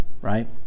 right